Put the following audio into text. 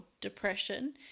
depression